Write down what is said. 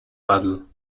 puddle